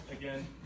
Again